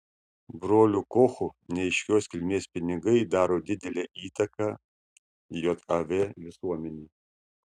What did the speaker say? brolių kochų neaiškios kilmės pinigai daro didelę įtaką jav visuomenei